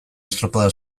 estropada